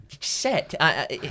set